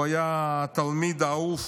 הוא היה התלמיד האהוב